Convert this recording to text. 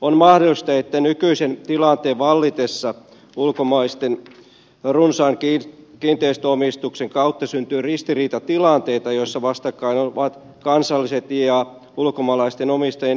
on mahdollista että nykyisen tilanteen vallitessa ulkomaalaisten runsaan kiinteistöomistuksen kautta syntyy ristiriitatilanteita joissa vastakkain ovat kansalliset ja ulkomaalaisten omistajien edut